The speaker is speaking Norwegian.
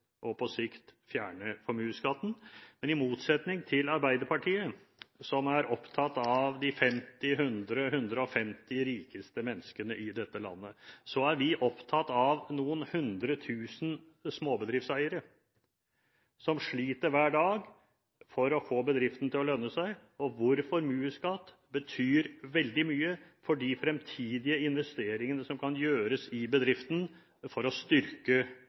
og på sikt fjerne formuesskatten, men i motsetning til Arbeiderpartiet, som er opptatt av de 50–100–150 rikeste menneskene i dette landet, er vi opptatt av noen hundre tusen småbedriftseiere, som sliter hver dag for å få bedriften til å lønne seg, og som formuesskatten betyr veldig mye for med tanke på de fremtidige investeringene som kan gjøres i bedriften for å styrke